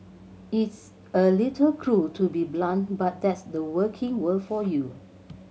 it's a little cruel to be so blunt but that's the working world for you